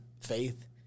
faith